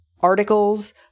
articles